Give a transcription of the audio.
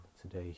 today